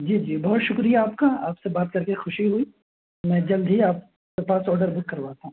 جی جی بہت شکریہ آپ کا آپ سے بات کر کے خوشی ہوئی میں جلد ہی آپ کے پاس آڈر بک کرواتا ہوں